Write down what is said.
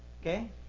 Okay